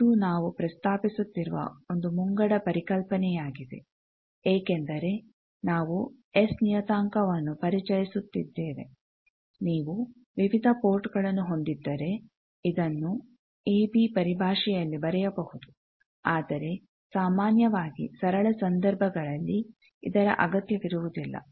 ಇದು ನಾವು ಪ್ರಸ್ತಾಪಿಸುತ್ತಿರುವ ಒಂದು ಮುಂಗಡ ಪರಿಕಲ್ಪನೆಯಾಗಿದೆ ಏಕೆಂದರೆ ನಾವು ಎಸ್ ನಿಯತಾಂಕವನ್ನು ಪರಿಚಯಿಸುತ್ತಿದ್ದೇವೆ ನೀವು ವಿವಿಧ ಪೋರ್ಟ್ ಗಳನ್ನು ಹೊಂದಿದ್ದರೆ ಇದನ್ನು ಎ ಬಿ ಪರಿಭಾಷೆಯಲ್ಲಿ ಬರೆಯಬಹುದು ಆದರೆ ಸಾಮಾನ್ಯವಾಗಿ ಸರಳ ಸಂದರ್ಭಗಳಲ್ಲಿ ಇದರ ಅಗತ್ಯವಿರುವುದಿಲ್ಲ